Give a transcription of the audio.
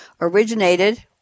originated